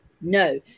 No